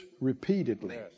repeatedly